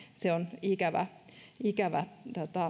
se on minun mielestäni ikävä